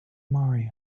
mario